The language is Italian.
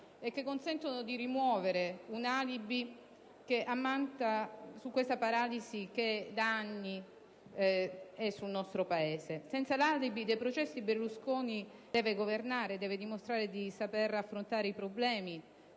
consentendo di rimuovere un alibi che ammanta la paralisi che da anni grava sul nostro Paese. Senza l'alibi dei processi, Berlusconi deve governare e dimostrare di sapere affrontare i problemi